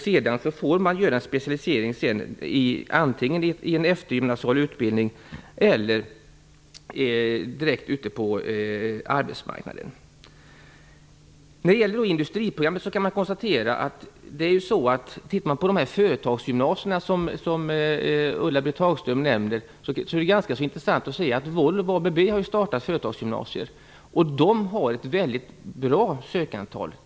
Sedan får de specialisera sig antingen i en eftergymnasial utbildning eller direkt ute på arbetsmarknaden. Ulla-Britt Hagström nämner företagsgymnasier. Det är ganska intressant att Volvo och ABB har startat företagsgymnasier. De har ett väldigt bra ansökningsantal.